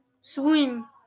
swim